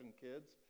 kids